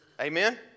Amen